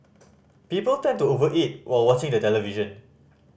people tend to over eat while watching the television